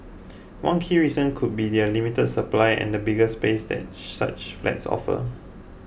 one key reason could be their limit supply and the bigger space that such flats offer